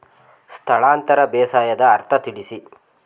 ಸ್ಥಳಾಂತರ ಬೇಸಾಯದ ಅರ್ಥ ತಿಳಿಸಿ?